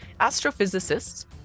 astrophysicists